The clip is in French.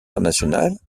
internationales